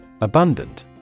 Abundant